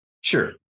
Sure